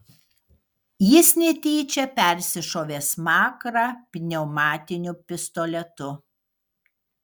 jis netyčia persišovė smakrą pneumatiniu pistoletu